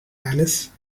alice